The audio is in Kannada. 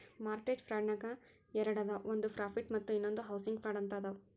ಮಾರ್ಟೆಜ ಫ್ರಾಡ್ನ್ಯಾಗ ಎರಡದಾವ ಒಂದ್ ಪ್ರಾಫಿಟ್ ಮತ್ತ ಇನ್ನೊಂದ್ ಹೌಸಿಂಗ್ ಫ್ರಾಡ್ ಅಂತ ಅದಾವ